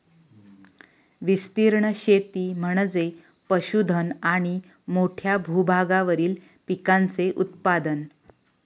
विस्तीर्ण शेती म्हणजे पशुधन आणि मोठ्या भूभागावरील पिकांचे उत्पादन